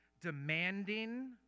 demanding